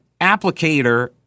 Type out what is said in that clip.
applicator